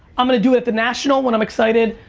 i'm gonna do it at the national when i'm excited.